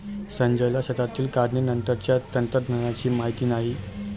संजयला शेतातील काढणीनंतरच्या तंत्रज्ञानाची माहिती नाही